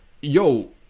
yo